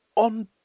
On